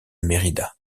mérida